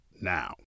now